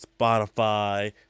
spotify